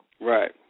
Right